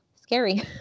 scary